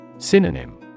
Synonym